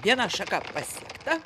viena šaka pasiekta